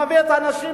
מביא את האנשים,